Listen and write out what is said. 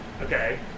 Okay